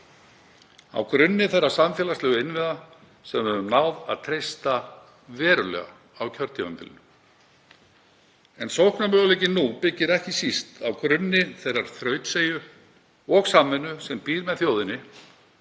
á grunni þeirra samfélagslegu innviða sem við höfum náð að treysta verulega á kjörtímabilinu. En sóknarmöguleikinn nú byggir ekki síst á grunni þeirrar þrautseigju og samvinnu sem býr með þjóðinni